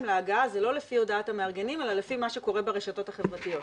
להגעה זה לא לפי הודעת המארגנים אלא לפי מה שקורה ברשתות החברתיות,